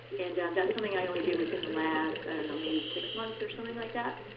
and um that's something i only did within the last and and maybe six months, or something like that.